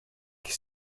che